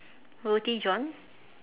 roti john